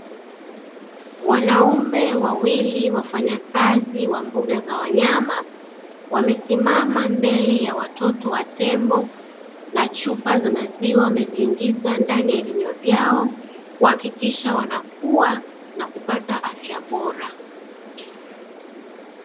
Wanaume wawili wafanyakazi wa mbuga za wanyama, wamesimama mbele ya watoto wa tembo, na chupa za maziwa wameziingiza ndani ya vinywa vyao, kuhakikisha wanakua na kupata afya bora.